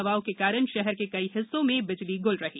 हवाओं के कारण शहर के कई हिस्सों में बिजली गुल रही